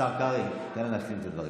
השר קרעי, תן לה להשלים את הדברים.